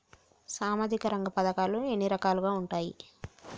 సామాజిక రంగ పథకాలు ఎన్ని రకాలుగా ఉంటాయి?